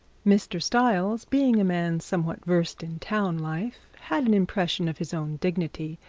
mr stiles being a man somewhat versed in town life, had an impression of his own dignity,